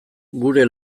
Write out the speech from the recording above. gure